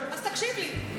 אז תקשיב לי.